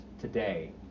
today